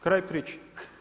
Kraj priče.